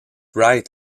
right